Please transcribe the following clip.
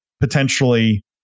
potentially